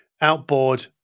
outboard